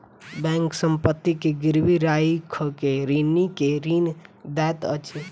bank संपत्ति के गिरवी राइख के ऋणी के ऋण दैत अछि